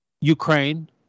Ukraine